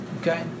okay